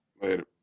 Later